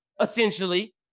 essentially